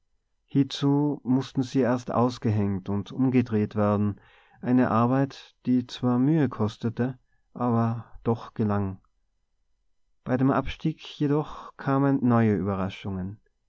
hiezu mußten sie erst ausgehängt und umgedreht werden eine arbeit die zwar mühe kostete aber doch gelang bei dem abstieg jedoch kamen neue überraschungen